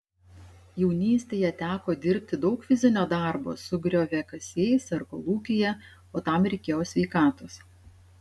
jaunystėje teko dirbti daug fizinio darbo su grioviakasiais ar kolūkyje o tam reikėjo sveikatos